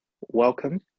welcome